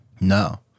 No